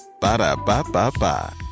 Ba-da-ba-ba-ba